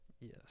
Yes